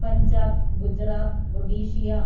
Punjab Gujarat Odisha